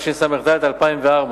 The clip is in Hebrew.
התשס"ד 2004,